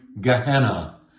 Gehenna